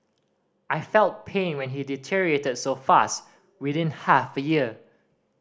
I felt pain when he deteriorated so fast within half a year